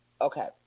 Okay